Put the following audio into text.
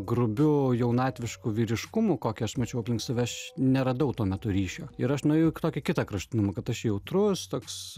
grubiu jaunatvišku vyriškumu kokį aš mačiau aplink save aš neradau tuo metu ryšio ir aš nuėjau į kitokį kitą kraštutinumą kad aš jautrus toks